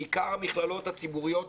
בעיקר המכללות הציבוריות,